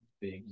Big